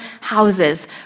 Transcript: houses